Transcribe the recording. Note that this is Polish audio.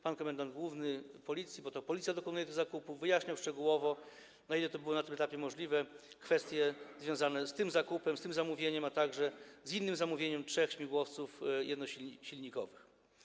Pan komendant główny Policji, bo to Policja dokonuje tych zakupów, wyjaśniał szczegółowo, na ile to było na tym etapie możliwe, kwestie związane z tym zakupem, z tym zamówieniem, a także z innym zamówieniem - trzech śmigłowców jednosilnikowych.